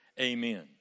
Amen